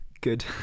Good